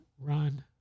run